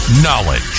Knowledge